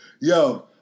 Yo